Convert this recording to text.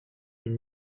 une